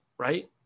Right